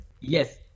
Yes